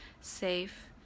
safe